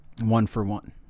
one-for-one